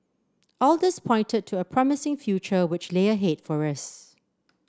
all this pointed to a promising future which lay ahead for us